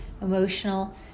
emotional